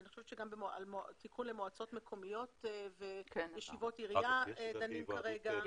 ואני חושבת שגם במועצות מקומיות וישיבות עיריות בהן דנים כרגע.